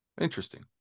interesting